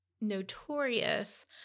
notorious